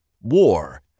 War